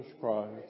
Christ